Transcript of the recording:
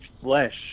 flesh